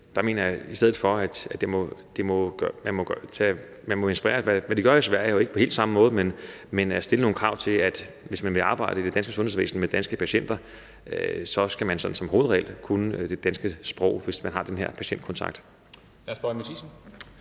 Der mener jeg, at vi i stedet for må lade sig inspirere af, hvad de gør i Sverige – ikke på helt samme måde, men ved at stille nogle krav til, at hvis man vil arbejde i det danske sundhedsvæsen med danske patienter, så skal man som hovedregel kunne det danske sprog, altså hvis man har den her patientkontakt.